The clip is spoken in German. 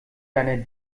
deiner